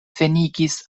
venigis